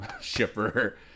shipper